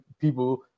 people